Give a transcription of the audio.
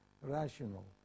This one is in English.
rational